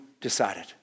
decided